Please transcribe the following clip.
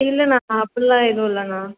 இல்ல அண்ணா அப்படிலாம் எதுவும் இல்ல அண்ணா